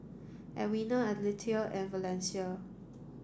Edwina Aletha and Valencia